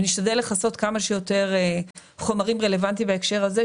נשתדל לכסות כמה שיותר חומרים רלוונטיים בהקשר הזה,